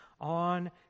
on